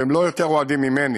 שהם לא יותר אוהדים ממני